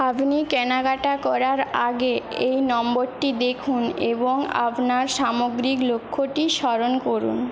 আপনি কেনাকাটা করার আগে এই নম্বরটি দেখুন এবং আপনার সামগ্রিক লক্ষ্যটি স্মরণ করুন